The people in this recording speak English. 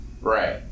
Right